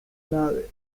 nave